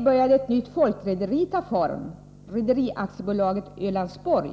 började ett nytt folkrederi att ta form — Rederi AB Ölandsborg.